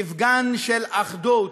מפגן של אחדות,